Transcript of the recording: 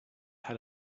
had